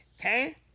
Okay